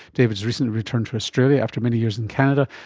david has recently returned to australia after many years in canada,